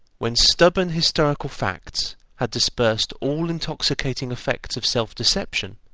when stubborn historical facts had dispersed all intoxicating effects of self-deception,